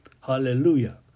Hallelujah